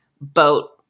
boat